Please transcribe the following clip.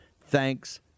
Thanks